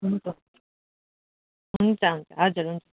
हुन्छ हुन्छ हुन्छ हजुर हुन्छ